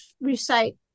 recite